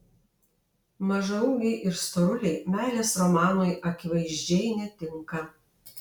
mažaūgiai ir storuliai meilės romanui akivaizdžiai netinka